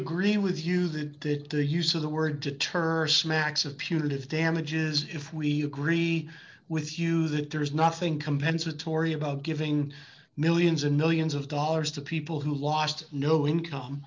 agree with you that the use of the word deters smacks of punitive damages if we agree with you that there is nothing compensatory about giving millions and millions of dollars to people who lost no income